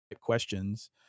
questions